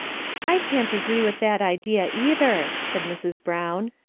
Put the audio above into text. i can't agree with that idea, either, said mrs. brown,